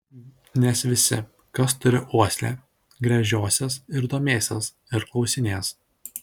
nes visi kas turi uoslę gręžiosis ir domėsis ir klausinės